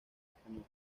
española